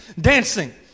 dancing